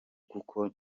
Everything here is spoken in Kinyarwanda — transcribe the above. kuko